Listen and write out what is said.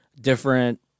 different